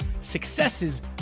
successes